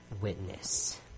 witness